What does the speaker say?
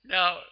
Now